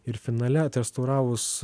ir finale atrestauravus